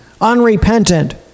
unrepentant